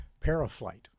ParaFlight